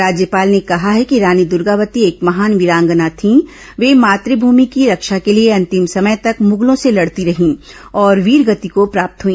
राज्यपाल ने कहा है कि रानी दुर्गावती एक महान वीरांगना थी वे मातृभूमि की रक्षा के लिए अंतिम समय तक मुगलों से लड़ती रहीं और वीरगति को प्राप्त हुई